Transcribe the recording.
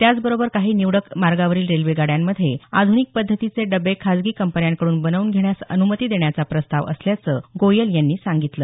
त्याचबरोबर काही निवडक मर्गावरील रेल्वेगाड्यांमध्ये आध्निक पद्धतीचे डबे खाजगी कंपन्यांकड्रन बनवून घेण्यास अनुमती देण्याचा प्रस्ताव असल्याचं गोयल यांनी सांगितलं